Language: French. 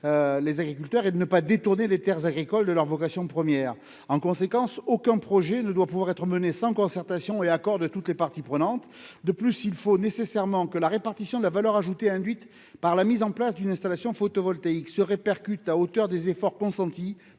les agriculteurs et de ne pas détourner les terres agricoles de leur vocation première. En conséquence, aucun projet ne doit pouvoir être mené sans concertation ni accord de toutes les parties prenantes. De plus, il faut nécessairement que la répartition de la valeur ajoutée induite par la mise en place d'une installation photovoltaïque se répercute à la hauteur des efforts consentis